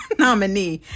nominee